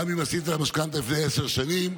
גם אם עשית משכנתה לפני עשר שנים,